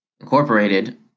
Incorporated